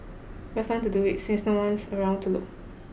best time to do it since no one's around to look